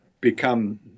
become